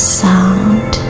sound